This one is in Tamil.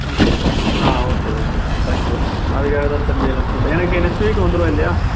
ஆ ஆ ஓகே ஓகே மேடம் தேங்க்யூ அதுக்காக தான் தெரிஞ்சுக்கலாம்னு சொல்லிட்டு எனக்கு நெக்ஸ்ட் வீக் வந்துடுயில்லையா